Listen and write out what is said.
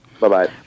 Bye-bye